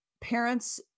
parents